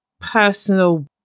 personal